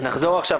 נחזור עכשיו